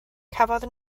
cafodd